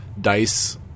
dice